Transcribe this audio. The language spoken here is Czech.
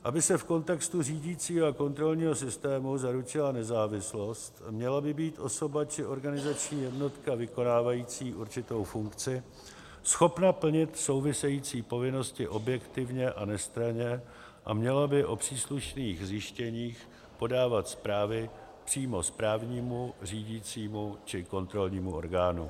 Aby se v kontextu řídícího a kontrolního systému zaručila nezávislost, měla by být osoba či organizační jednotka vykonávající určitou funkci schopna plnit související povinnosti objektivně a nestranně a měla by o příslušných zjištěních podávat zprávy přímo správnímu, řídícímu či kontrolnímu orgánu.